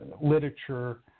literature